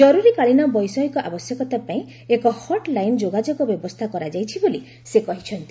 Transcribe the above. ଜରୁରୀକାଳୀନ ବୈଷୟିକ ଆବଶ୍ୟକତା ପାଇଁ ଏକ ହଟ୍ଲାଇନ୍ ଯୋଗାଯୋଗ ବ୍ୟବସ୍ଥା କରାଯାଇଛି ବୋଲି ସେ କହିଚ୍ଛନ୍ତି